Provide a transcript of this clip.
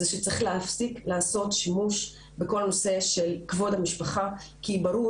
זה שצריך להפסיק לעשות שימוש בכל הנושא של כבוד המשפחה כי ברור